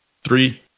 Three